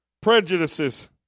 prejudices